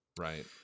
right